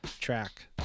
track